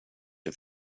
vid